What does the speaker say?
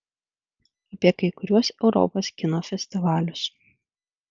apie kai kuriuos europos kino festivalius